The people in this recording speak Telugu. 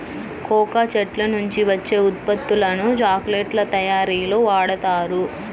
కోకా చెట్ల నుంచి వచ్చే ఉత్పత్తులను చాక్లెట్ల తయారీలో వాడుతారు